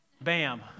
Bam